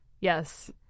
Yes